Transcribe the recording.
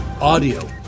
audio